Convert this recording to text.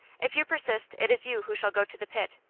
if you persist, it is you who shall go to the pit.